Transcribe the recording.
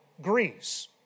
Greece